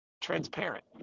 transparent